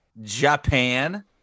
japan